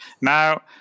Now